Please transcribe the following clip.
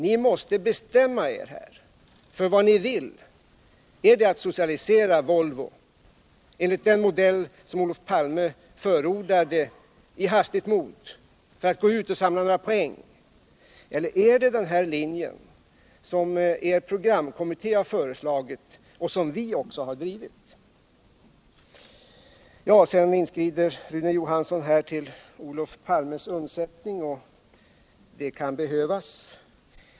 Ni måste bestämma er för vad ni vill: Önskar ni socialisera Volvo enligt den modell Olof Palme förordade i hastigt mod för att gå ut och samla några poäng, eller vill ni följa den linje som er programkommitté har föreslagit och som vi också har drivit? Sedan inskrider Rune Johansson till Olof Palmes undsättning. Det ka behövas.